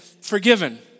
forgiven